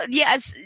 yes